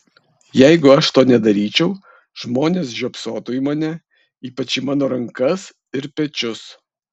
jeigu aš to nedaryčiau žmonės žiopsotų į mane ypač į mano rankas ir pečius